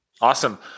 Awesome